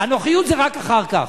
הנוחיות זה רק אחר כך.